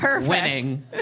Winning